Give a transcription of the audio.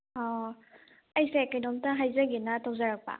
ꯑꯥ ꯑꯩꯁꯦ ꯀꯩꯅꯣꯝꯇ ꯍꯥꯏꯖꯒꯦꯅ ꯇꯧꯖꯔꯛꯄ